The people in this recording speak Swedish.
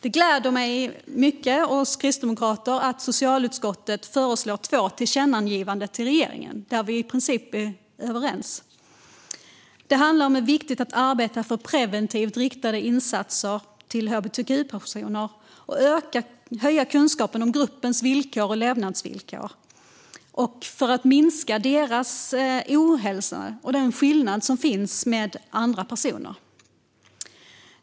Det gläder mig och oss kristdemokrater att socialutskottet föreslår två tillkännagivanden till regeringen som vi i princip är överens om. Det handlar om vikten av att arbeta för preventivt riktade insatser till hbtq-personer och höja kunskapen om gruppens villkor och levnadsvillkor för att minska deras ohälsa och den skillnad som finns i förhållande till andra personer.